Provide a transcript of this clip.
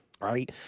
Right